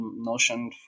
Notion